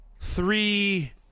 three